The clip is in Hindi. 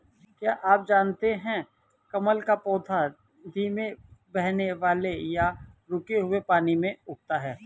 क्या आप जानते है कमल का पौधा धीमे बहने वाले या रुके हुए पानी में उगता है?